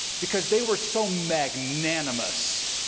because they were so magnanimous.